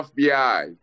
FBI